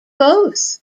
both